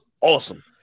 awesome